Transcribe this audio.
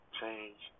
change